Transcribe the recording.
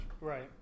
Right